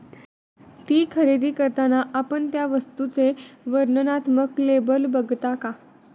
ती खरेदी करताना आपण त्या वस्तूचे वर्णनात्मक लेबल बघता का?